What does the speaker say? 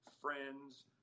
friends